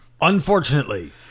Unfortunately